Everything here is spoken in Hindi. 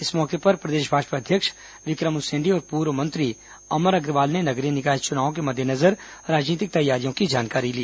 इस मौके पर प्रदेश भाजपा अध्यक्ष विक्रम उसेंडी और पूर्व मंत्री अमर अग्रवाल ने नगरीय निकाय चुनावों के मद्देनजर राजनीतिक तैयारियों की जानकारी ली